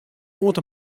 oant